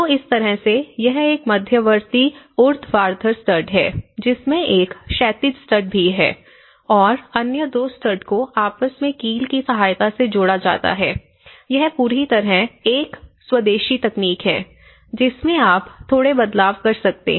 तो इस तरह से यह एक मध्यवर्ती ऊर्ध्वाधर स्टड है जिसमें एक क्षैतिज स्टड भी है और अन्य दो स्टड को आपस में कील की सहायता से जोड़ा जाता है यह पूरी तरह एक स्वदेशी तकनीक है जिसमें आप थोड़े बदलाव कर सकते हैं